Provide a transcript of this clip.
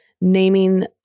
naming